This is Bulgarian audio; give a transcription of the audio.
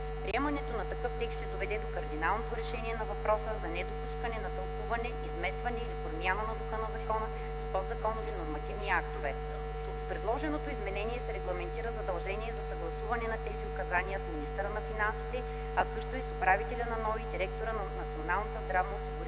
Приемането на такъв текст ще доведе до кардиналното решение на въпроса за недопускане на тълкуване, изместване или промяна на духа на закона с подзаконови нормативни актове. С предложеното изменение се регламентира задължение за съгласуване на тези указания с министъра на финансите, а също и с управителя на НОИ и директора на Националната здравноосигурителна